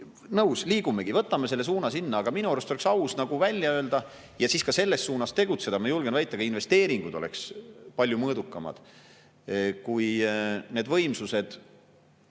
Nõus, liigumegi, võtamegi selle suuna. Aga minu arust oleks aus see välja öelda ja siis ka selles suunas tegutseda. Ma julgen väita, et ka investeeringud oleks palju mõõdukamad, kui need võimsused